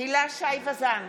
הילה שי וזאן,